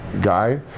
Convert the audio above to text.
guy